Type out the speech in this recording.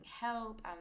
help